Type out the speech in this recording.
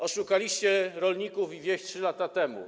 Oszukaliście rolników i wieś 3 lata temu.